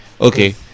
okay